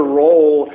role